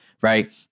right